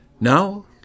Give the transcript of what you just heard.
Now